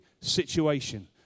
situation